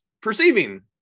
perceiving